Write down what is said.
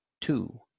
two